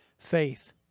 Faith